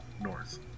north